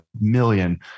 million